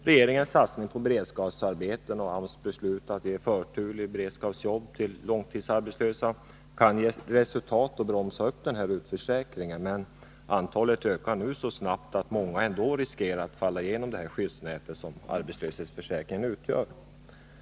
Regeringens satsning på beredskapsarbeten och AMS beslut att vid dessa ge förtur för långtidsarbetslösa kan bromsa upp denna utförsäkring, men antalet ökar nu så snabbt att många ändå riskerar att falla igenom det skyddsnät som arbetslöshetsförsäkringen utgör.